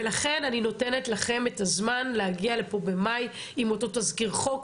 ולכן אני נותנת לכם את הזמן להגיע לפה במאי עם אותו תזכיר חוק,